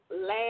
last